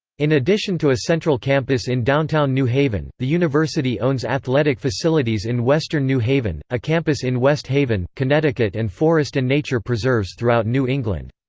in addition to a central campus in downtown new haven, the university owns athletic facilities in western new haven, a campus in west haven, connecticut and forest and nature preserves throughout new england.